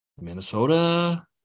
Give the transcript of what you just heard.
Minnesota